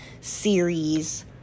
series